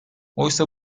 oysa